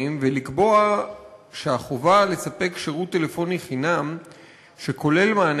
ולקבוע שהחובה לספק שירות טלפוני חינם שכולל מענה